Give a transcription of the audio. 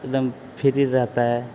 एकदम फिरि रहता है